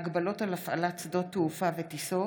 (הגבלות על הפעלת שדות תעופה וטיסות)